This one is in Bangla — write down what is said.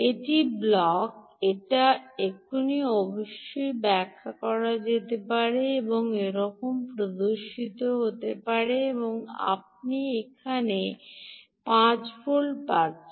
এটি ব্লক এও এখানে অবশ্যই পরে ব্যাখ্যা করা হবে একরকম প্রদর্শিত হবে এবং আপনি এখানে 5 ভোল্ট পাচ্ছেন